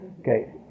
Okay